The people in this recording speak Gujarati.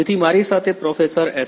તેથી મારી સાથે પ્રોફેસર એસ